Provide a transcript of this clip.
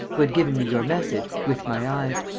who had given me your message, with my eyes.